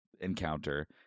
encounter